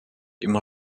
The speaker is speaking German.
immer